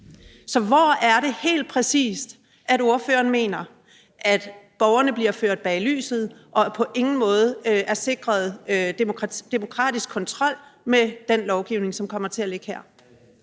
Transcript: Så hvor er det helt præcis, ordføreren mener at borgerne bliver ført bag lyset og på ingen måde er sikret demokratisk kontrol med den lovgivning, som kommer til at ligge her?